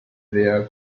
their